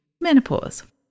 menopause